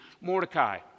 Mordecai